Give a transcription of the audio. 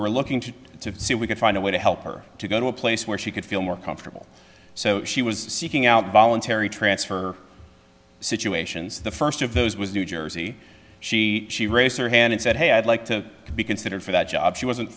were looking to see if we could find a way to help her to go to a place where she could feel more comfortable so she was seeking out voluntary transfer situations the first of those was new jersey she she raised her hand and said hey i'd like to be considered for that job she wasn't